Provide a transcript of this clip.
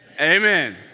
Amen